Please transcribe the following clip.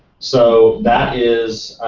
so that is,